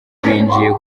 binjiye